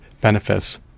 benefits